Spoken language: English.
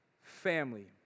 family